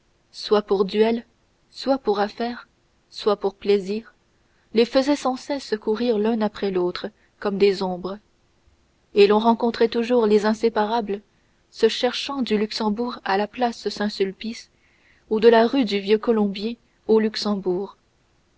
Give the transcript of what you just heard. soit pour duel soit pour affaires soit pour plaisir les faisaient sans cesse courir l'un après l'autre comme des ombres et l'on rencontrait toujours les inséparables se cherchant du luxembourg à la place saint-sulpice ou de la rue du vieux colombier au luxembourg